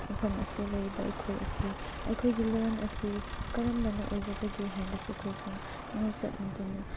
ꯃꯐꯝ ꯑꯁꯤꯗ ꯂꯩꯔꯤꯕ ꯑꯩꯈꯣꯏ ꯑꯁꯤ ꯑꯩꯈꯣꯏꯒꯤ ꯂꯣꯟ ꯑꯁꯤ ꯀꯔꯝꯕꯅ ꯑꯣꯏꯒꯗꯒꯦ ꯍꯥꯏꯕꯁꯦ ꯑꯩꯈꯣꯏꯁꯨ ꯉꯥꯎꯆꯠꯅꯗꯨꯅ